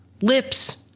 lips